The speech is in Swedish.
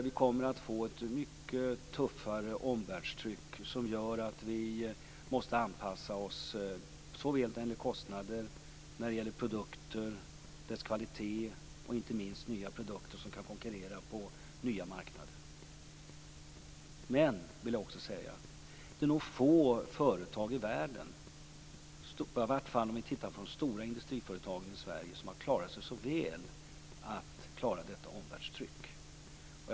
Vi kommer att få ett mycket tuffare omvärldstryck som gör att vi måste anpassa oss i fråga om kostnader, produkter och dess kvalitet och inte minst i fråga om nya produkter som kan konkurrera på nya marknader. Men jag vill också säga att det nog är få företag i världen, i varje fall om vi tittar på de stora industriföretagen i Sverige, som har klarat detta omvärldstryck så väl.